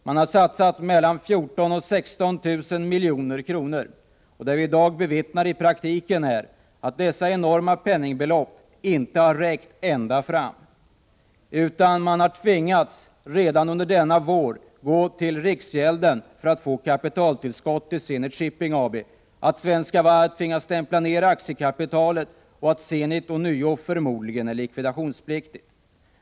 Man har satsat mellan 14 000 och 16 000 milj.kr., och det vi i dag bevittnar i praktiken är att dessa enorma penningbelopp inte har räckt ända fram, utan man har redan under denna vår tvingats gå till riksgälden för att få kapitaltillskott till Zenit Shipping AB, att Svenska Varv tvingats stämpla ner aktiekapitalet och att Zenit ånyo förmodligen är likvidationspliktigt.